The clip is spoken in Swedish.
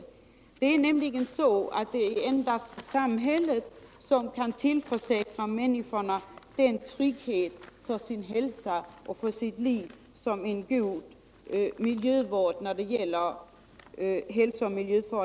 När det gäller hälsooch miljöfarliga varor är det nämligen endast samhället som kan tillförsäkra människorna den trygghet för liv och hälsa som en god miljövård utgör.